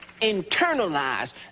internalize